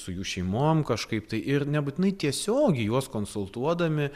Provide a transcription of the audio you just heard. su jų šeimom kažkaip tai ir nebūtinai tiesiogiai juos konsultuodami